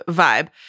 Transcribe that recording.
vibe